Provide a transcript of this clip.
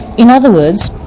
in other words,